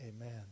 Amen